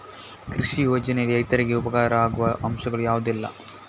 ಕೃಷಿ ಯೋಜನೆಯಲ್ಲಿ ರೈತರಿಗೆ ಉಪಕಾರ ಆಗುವ ಅಂಶಗಳು ಯಾವುದೆಲ್ಲ?